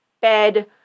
bed